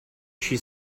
she